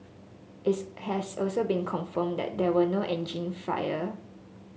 it's has also been confirmed that there were no engine fire